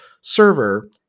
server